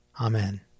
Amen